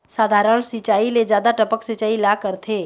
साधारण सिचायी ले जादा टपक सिचायी ला करथे